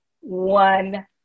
One